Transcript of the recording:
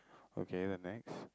okay then next